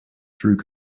through